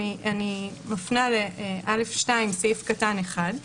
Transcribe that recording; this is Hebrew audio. אני מפנה לסעיף קטן (א2)(1)